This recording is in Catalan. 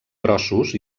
grossos